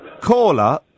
Caller